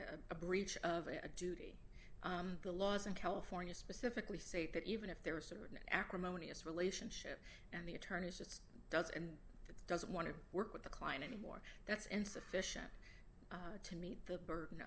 on a breach of a duty the laws in california specifically say that even if there were certain acrimonious relationship and the attorneys just does and doesn't want to work with the client anymore that's insufficient meet the burden